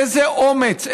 איזה אומץ,